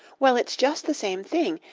well, it's just the same thing.